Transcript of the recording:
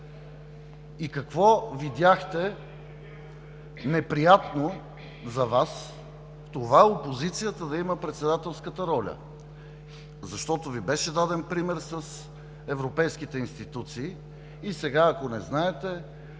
И какво видяхте неприятно за Вас в това опозицията да има председателската роля? Беше Ви даден пример с европейските институции и сега, ако не знаете,